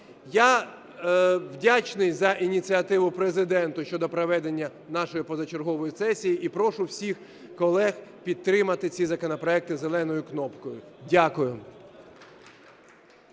Я вдячний за ініціативу Президенту щодо проведення нашої позачергової сесії і прошу всіх колег підтримати ці законопроекти зеленою кнопкою. Дякую.